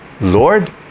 Lord